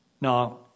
Now